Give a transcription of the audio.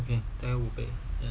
okay 大约五倍